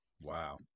Wow